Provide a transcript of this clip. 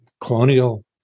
colonial